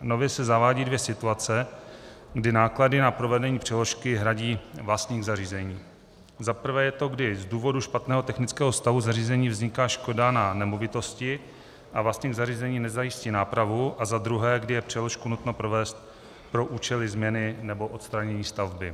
Nově se zavádí dvě situace, kdy náklady na provedení přeložky hradí vlastník zařízení: za prvé je to, když z důvodu špatného technického stavu zařízení vzniká škoda na nemovitosti a vlastník zařízení nezajistí nápravu, a za druhé, když je přeložku nutno provést pro účely změny nebo odstranění stavby.